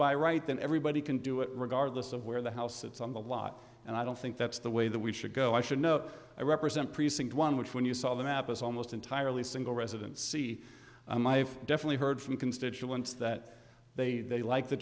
by right then everybody can do it regardless of where the house sits on the lot and i don't think that's the way that we should go i should know i represent precinct one which when you saw the map was almost entirely single resident see i'm i've definitely heard from constituents that they they like the